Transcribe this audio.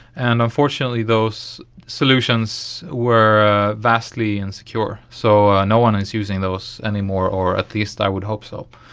and unfortunately those solutions were vastly insecure. so ah no one is using those anymore, or at least i would hope so.